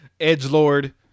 Edgelord